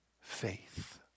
faith